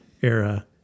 era